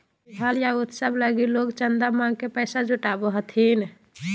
त्योहार या उत्सव लगी लोग चंदा मांग के पैसा जुटावो हथिन